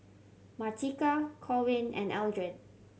Martika Corwin and Eldred